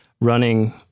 running